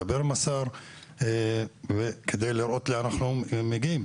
מדבר עם השר כדי לראות לאן אנחנו מגיעים,